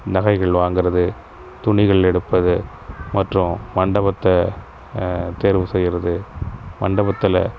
நகைகள் வாங்குறது துணிகள் எடுப்பது மற்றும் மண்டபத்தை தேர்வு செய்யிறது மண்டபத்தில்